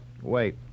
wait